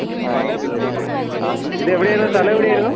ആ okay okay ഇതെവിടെ ആയിരുന്നു സ്ഥലം എവിടെയായിരുന്നു